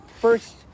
first